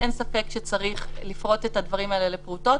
אין ספק שצריך לפרוט את הדברים האלה לפרוטות,